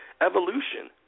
evolution